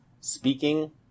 speaking